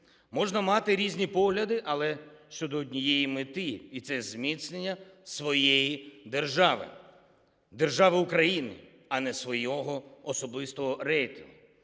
Можна мати різні погляди, але щодо однієї мети і це зміцнення своєї держави, держави Україна, а не свого особистого рейтингу.